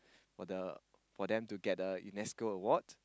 for the for them to get the U_N_E_S_C_O award